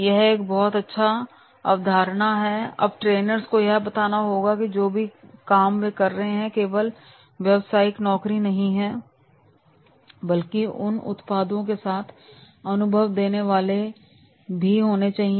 यह एक बहुत अच्छी अवधारणा है अब ट्रेनर्स को यह बताना होगा कि वे जो भी काम कर रहे हैं वह केवल व्यावसायिक नौकरी नहीं बल्कि उन उत्पादों के साथ अनुभव देने वाले भी होने चाहिए